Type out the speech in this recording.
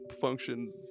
function